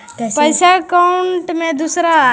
पैसा अकाउंट से दूसरा अकाउंट में कैसे भेजे?